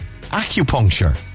acupuncture